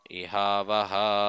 ihavaha